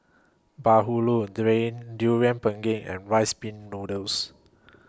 Bahulu during Durian Pengat and Rice Pin Noodles